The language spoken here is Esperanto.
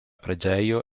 preĝejo